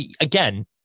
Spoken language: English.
again